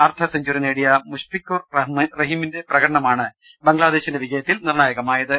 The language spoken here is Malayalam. അർധ സെഞ്ചുറി നേടിയ മുഷ്ഫിഖുർ റഹീമിന്റെ പ്രകടനമാണ് ബംഗ്ലാദേ ശിന്റെ വിജയത്തിൽ നിർണ്ണായകമായത്